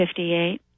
58